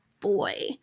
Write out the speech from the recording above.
boy